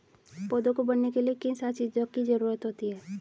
पौधों को बढ़ने के लिए किन सात चीजों की जरूरत होती है?